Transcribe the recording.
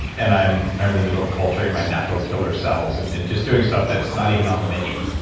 and i'm i'm in the middle of culturing my natural killer cells and just doing stuff that's not even on the menu.